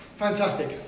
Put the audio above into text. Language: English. Fantastic